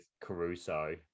Caruso